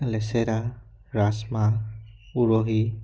লেচেৰা ৰাজমাহ উৰহি